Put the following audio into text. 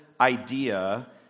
idea